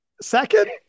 Second